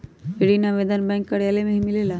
ऋण आवेदन बैंक कार्यालय मे ही मिलेला?